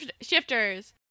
shifters